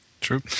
True